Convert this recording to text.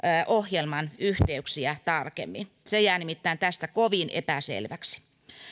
ohjelman yhteyksiä tarkemmin se jää nimittäin tässä kovin epäselväksi